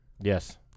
Yes